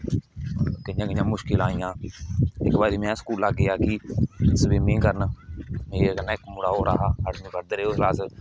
कियां कियां मुश्कला आइयां इक बारी में स्कूला गेआ कि स्बिमिंग करन मेरे कन्नै इक मुड़ा होर हा अठमीं पढ़दे रेह् उसलै अस